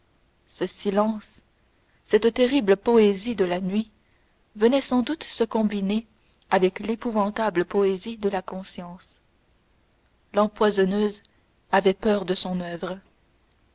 ce silence cette terrible poésie de la nuit venaient sans doute se combiner avec l'épouvantable poésie de sa conscience l'empoisonneuse avait peur de son oeuvre